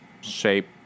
shape